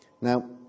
Now